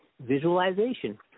visualization